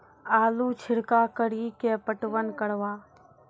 आलू छिरका कड़ी के पटवन करवा?